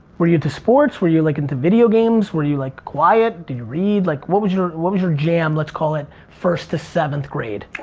were you into sports? were you like into video games? were you like quiet? did you read? like, what was your, what was your jam, let's call it, first to seventh grade?